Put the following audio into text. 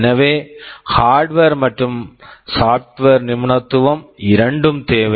எனவே hardware hardware மற்றும் software software நிபுணத்துவம் இரண்டும் தேவை